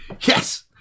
Yes